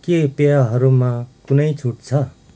के पेयहरूमा कुनै छुट छ